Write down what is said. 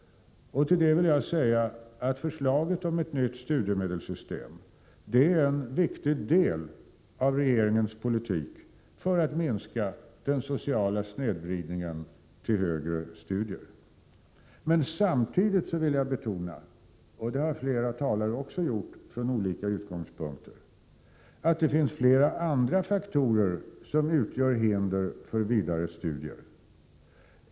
Förslaget om ett nytt studiemedelssystem är en viktig del av regeringens politik för att minska den sociala snedvridningen i fråga om rekrytering till högre studier. Samtidigt vill jag emellertid betona, vilket flera talare gjort från olika utgångspunkter, att det finns flera andra faktorer som utgör hinder för vidare studier.